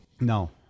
No